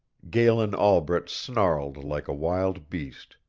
galen albret snarled like a wild beast,